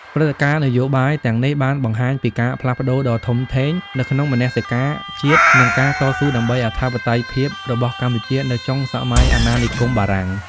ព្រឹត្តិការណ៍នយោបាយទាំងនេះបានបង្ហាញពីការផ្លាស់ប្តូរដ៏ធំធេងនៅក្នុងមនសិការជាតិ និងការតស៊ូដើម្បីអធិបតេយ្យភាពរបស់កម្ពុជានៅចុងសម័យអាណានិគមបារាំង។